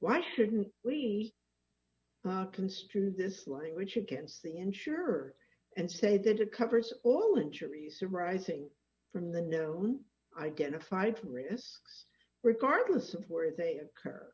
why shouldn't we construe this language against the insurer and say that it covers all injuries arising from the known identified from risks regardless of where they occur